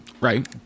Right